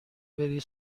بری